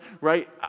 right